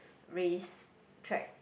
race track